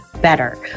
better